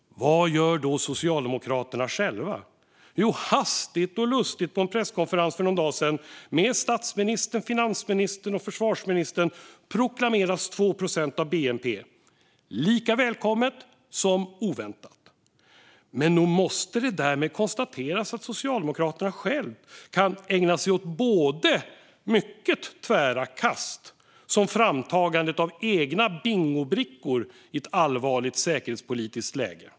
Vad gör då Socialdemokraterna själva? Jo, hastigt och lustigt proklamerades 2 procent av bnp på en presskonferens för någon dag sedan med statsministern, finansministern och försvarsministern. Detta var lika välkommet som det var oväntat, men nog måste det därmed konstateras att Socialdemokraterna själva kan ägna sig åt både mycket tvära kast och framtagande av egna bingobrickor i ett allvarligt säkerhetspolitiskt läge.